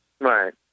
Right